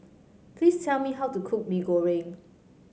please tell me how to cook Mee Goreng